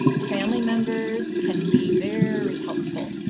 family members can be very helpful.